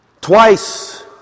Twice